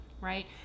right